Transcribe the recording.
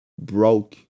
broke